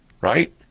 right